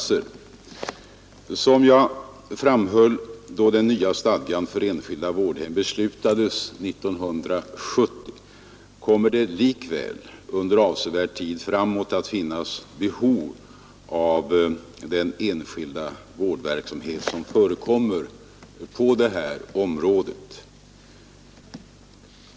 Som jag framhöll då den nya stadgan för enskilda vårdhem beslutades 1970, kommer det likväl under avsevärd tid framåt att finnas behov av den enskilda vårdverksamhet som förekommer på det här området.